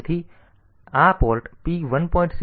તેથી તે આ પોર્ટ p 1